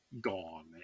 gone